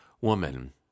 woman